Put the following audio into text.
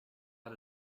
had